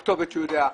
שיש לו כתובת ידועה,